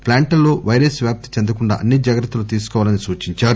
ప్లాంట్లలో virus వ్యాప్తి చెందకుండా అన్ని జాగ్రత్తలు తీసుకోవాలని సూచించారు